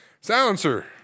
silencer